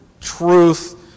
truth